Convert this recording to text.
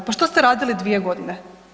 Pa što ste radili 2 godine?